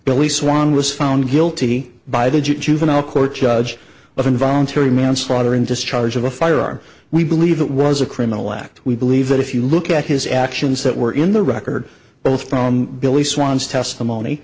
billy swan was found guilty by the juvenile court judge of involuntary manslaughter in discharge of a firearm we believe it was a criminal act we believe that if you look at his actions that were in the record both from billy swan's testimony